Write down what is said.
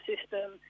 system